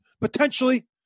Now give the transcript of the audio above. potentially